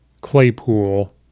Claypool